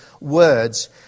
words